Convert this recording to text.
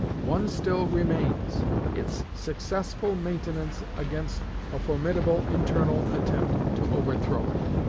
one still remains its successful maintenance against a formidable internal attempt to overthrow it.